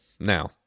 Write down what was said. now